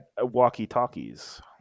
walkie-talkies